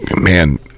man